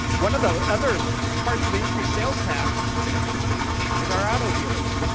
one of the other parts of the increase sales tax is our auto dealers.